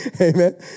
Amen